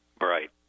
Right